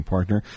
Partner